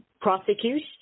prosecute